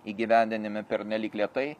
įgyvendinimi pernelyg lėtai